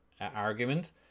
argument